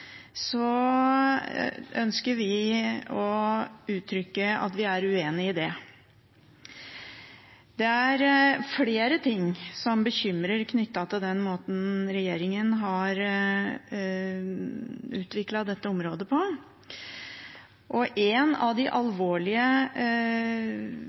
Det er flere ting som bekymrer knyttet til den måten regjeringen har utviklet dette området på, og et av de